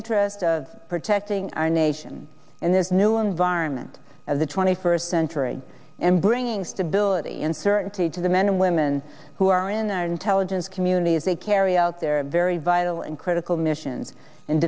interest of protecting our nation and there's new environment of the twenty first century and bringing stability and certainty to the men and women who are in our intelligence community as they carry out their very vital and critical missions and